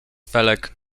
felek